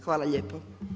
Hvala lijepa.